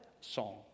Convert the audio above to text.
song